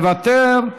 מוותר,